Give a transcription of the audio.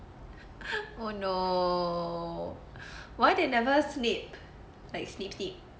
oh no why they never snip like snip snip